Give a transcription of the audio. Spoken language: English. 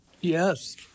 Yes